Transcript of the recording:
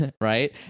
right